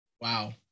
wow